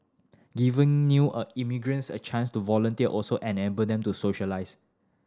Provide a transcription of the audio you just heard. giving new a immigrants a chance to volunteer also enable them to socialise